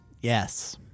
Yes